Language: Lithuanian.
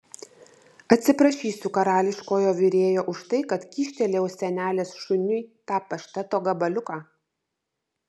atsiprašysiu karališkojo virėjo už tai kad kyštelėjau senelės šuniui tą pašteto gabaliuką